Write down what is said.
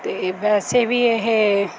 ਅਤੇ ਵੈਸੇ ਵੀ ਇਹ